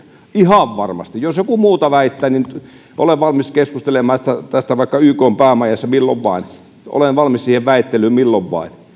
ihan varmasti jos joku muuta väittää olen valmis keskustelemaan tästä vaikka ykn päämajassa milloin vain olen valmis siihen väittelyyn milloin